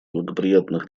благоприятных